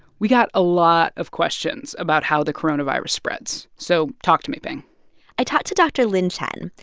we got a lot of questions about how the coronavirus spreads. so talk to me, pien i talked to dr. lin chen.